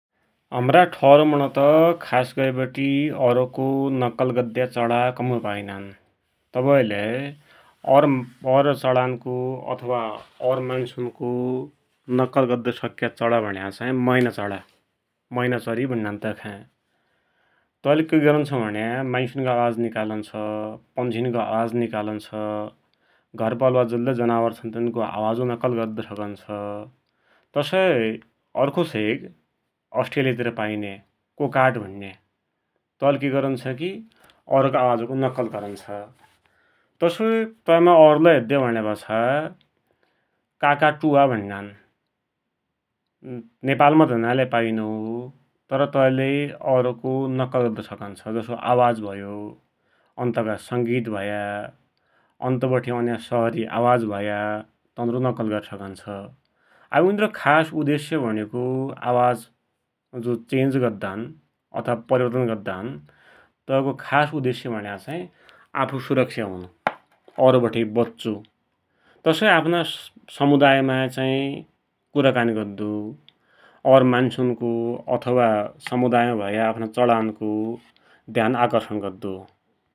हमरा ठौरमुणत खास गरिबटि औरको नक्कल गद्द्या चडा कमुई पाइनान, तबैलै और चडानको अथवा और मान्सुन्को नक्कल गद्दुसक्या चडा भुण्या चाहि मैना चडा, मैना चडी भुण्णान तै खाई, तैले गरुन्छ भुण्या मान्सुन्को आवाज निकालुंन्छ, पन्छिनको आवाज निकालुन्छ, घरपालुवा जतिलै जनावर छन् तनारो आवाजको नक्कल गद्दु सकुन्छ तसै अर्खो छ एक अस्ट्रेलिया तिर पाइन्या कोकाठ भुन्या तैले कि गरुञ्छकि औरका आवाजको नक्कल गरुन्छ, तसोई तैमा और लै हेदयौ भुण्यापछा ककाटुवा भुण्णान नेपालमाइत नाइलै पाइनो तर तैले औरको नक्कल गद्दु सकुन्छ, जसो आवाज भयो, अन्तका संगीत भया, अन्तबठे औन्या शहरी आवाज भया तनारो नक्कल गरि सकुन्छ। आब उनरो खास उदेश्य भुणेको आवाज जो चेन्ज गद्दान अथवा परिवर्तन गद्दान तै को खास उदेस्य भुण्या चाहि आफु सुरक्षा हुनु औरबठे बच्चु, तसै आफ्ना समुदायमाइ चाहि कुराकानी गद्दु, और मान्सुन्को अथवा समुदायमाइ भया आफ्ना चडान्को ध्यान आकर्षण गद्दु हो ।